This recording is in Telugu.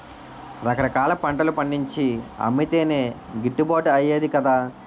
రకరకాల పంటలు పండించి అమ్మితేనే గిట్టుబాటు అయ్యేది కదా